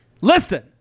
Listen